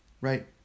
right